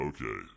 Okay